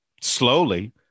slowly